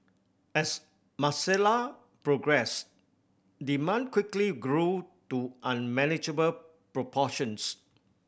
as Marcella progressed demand quickly grew to unmanageable proportions